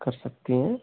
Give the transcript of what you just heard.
कर सकती हैं